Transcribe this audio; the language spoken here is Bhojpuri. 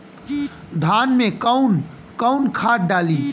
धान में कौन कौनखाद डाली?